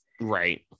right